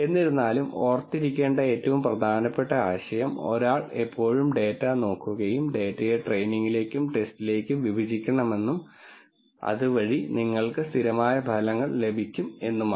എന്നിരുന്നാലും ഓർത്തിരിക്കേണ്ട ഏറ്റവും പ്രധാനപ്പെട്ട ആശയം ഒരാൾ എപ്പോഴും ഡാറ്റ നോക്കുകയും ഡാറ്റയെ ട്രൈനിങ്ങിലേക്കും ടെസ്റ്റിലേക്കും വിഭജിക്കണമെന്നും അതുവഴി നിങ്ങൾക്ക് സ്ഥിരമായ ഫലങ്ങൾ ലഭിക്കും എന്നതുമാണ്